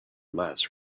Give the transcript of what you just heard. less